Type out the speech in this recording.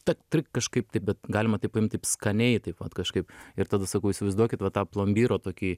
tak tri kažkaip tai galima taip paimt taip skaniai taip vat kažkaip ir tada sakau įsivaizduokit va tą plombyro tokį